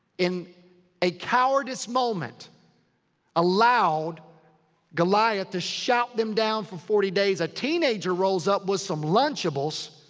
in a cowardice moment allowed goliath to shout them down for forty days. a teenager rolls up with some lunchables.